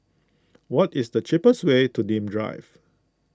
what is the cheapest way to Nim Drive